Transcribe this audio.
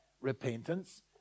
repentance